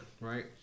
right